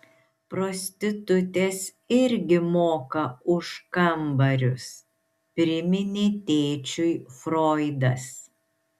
prostitutės irgi moka už kambarius priminė tėčiui froidas